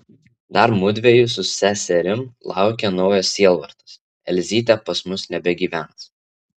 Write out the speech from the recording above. dar mudviejų su seserim laukia naujas sielvartas elzytė pas mus nebegyvens